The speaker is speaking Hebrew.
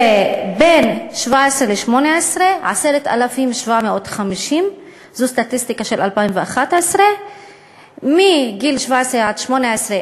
בין 17 ל-18 יש 10,750. זו סטטיסטיקה של 2011. מגיל 17 עד 18,